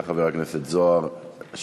תודה, חבר הכנסת סמוטריץ.